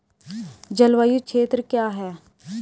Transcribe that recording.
जलवायु क्षेत्र क्या है?